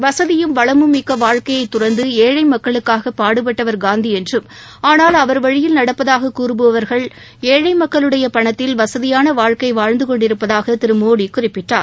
வசதியும் வளமும் மிக்க வாழ்க்கையை துறந்து ஏழை மக்களுக்காக பாடுபட்டவர் காந்தி என்றும் ஆனால் அவர் வழியில் நடப்பதாக கூறுபவர்கள் ஏழை மக்களுடைய பணத்தில் வசதியான வாழ்க்கை வாழ்ந்து கொண்டிருப்பதாக திரு மோடி குறிப்பிட்டார்